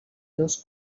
dos